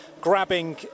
grabbing